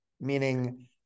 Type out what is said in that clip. meaning